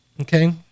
Okay